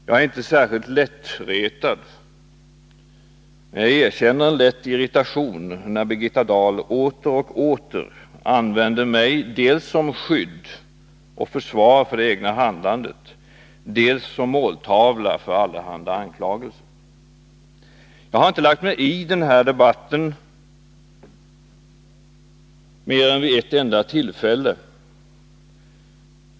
Jag är inte särskilt lättretad, men jag erkänner en lätt irritation när Birgitta Dahl åter och åter använder mig dels som skydd och försvar för det egna handlandet, dels som måltavla för allehanda anklagelser. Jag har inte lagt migi den debatten mer än vid ett enda tillfälle.